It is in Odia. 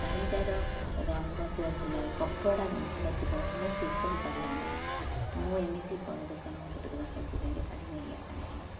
ଶାଢ଼ୀଟାର ରଙ୍ଗଥିବ ଭଲ କପଡ଼ା ଭଲ ଥିବ ମୁଁ ସେଇସବୁ ଶାଢ଼ୀ ଆଣେ ମୁଁ ଏମିତି ବଡ଼ଦୋକାନ ହଉ ଛୋଟଦୋକାନ ସେମିତି ଶାଢ଼ୀ ଯାଇକି ଶାଢ଼ୀ ନେଇ ଆସେନାହିଁ